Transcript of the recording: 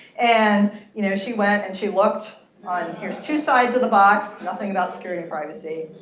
and you know, she went and she looked on here's two sides of the box. nothing about security and privacy.